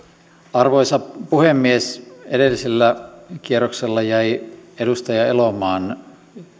arvoisa puhemies edellisellä kierroksella jäi edustaja elomaan